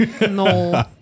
No